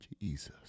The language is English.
Jesus